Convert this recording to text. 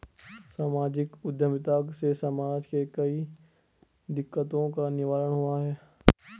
सामाजिक उद्यमिता से समाज के कई दिकक्तों का निवारण हुआ है